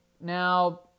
Now